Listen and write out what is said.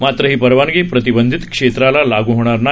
मात्र ही परवानगी प्रतिबंधित क्षेत्राला लागू होणार नाही